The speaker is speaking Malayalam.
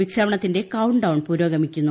വിക്ഷേപത്തിന്റെ കൌണ്ട് ഡൌൺ പുരോഗമിക്കുന്നു